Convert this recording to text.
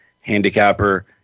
handicapper